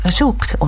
zoekt